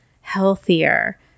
healthier